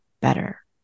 better